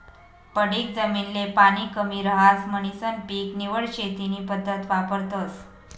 पडीक जमीन ले पाणी कमी रहास म्हणीसन पीक निवड शेती नी पद्धत वापरतस